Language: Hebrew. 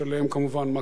על מה שקרה שם,